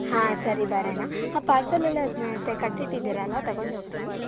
ಹಾಂ ಸರಿ ಬರೋಣ ಆ ಪಾರ್ಸೆಲ್ ಎಲ್ಲ ಅದನ್ನ ಕಟ್ಟಿ ಇಟ್ಟಿದ್ದೀರಲ್ಲ ತಗೊಂಡು ಹೋಗ್ತೀನಿ